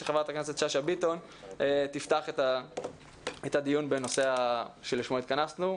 שחברת הכנסת שאשא ביטון תפתח את הדיון בנושא שלשמו התכנסנו.